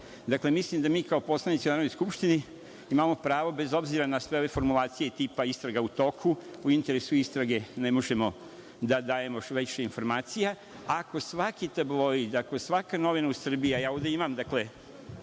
mislim da mi kao poslanici u Narodnoj skupštini, imamo pravo bez obzira na sve ove formulacije tipa istraga je u toku, u interesu istrage ne možemo da dajemo više informacija. Ako svaki tabloid, ako svaka novina u Srbiji, a ja ovde imam sve